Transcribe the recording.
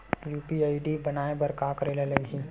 UPI ID बनाये बर का करे ल लगही?